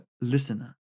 listener